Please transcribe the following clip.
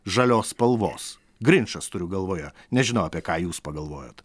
žalios spalvos grinčas turiu galvoje nežinau apie ką jūs pagalvojot